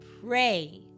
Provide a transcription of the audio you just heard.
pray